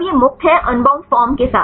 अब यह मुक्त है अनबाउंड फॉर्म के साथ